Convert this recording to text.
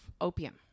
Opium